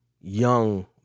young